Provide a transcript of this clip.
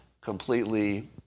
completely